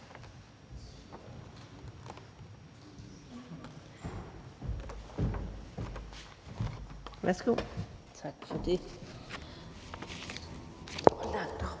hjælp. Tak for det.